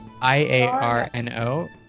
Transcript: I-A-R-N-O